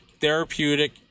therapeutic